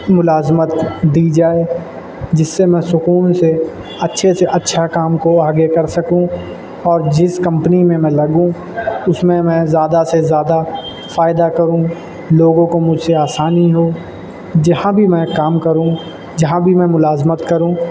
ملازمت دی جائے جس سے میں سکون سے اچھے سے اچھا کام کو آگے کر سکوں اور جس کمپنی میں میں لگوں اس میں میں زیادہ سے زیادہ فائدہ کروں لوگوں کو مجھ سے آسانی ہو جہاں بھی میں کام کروں جہاں بھی میں ملازمت کروں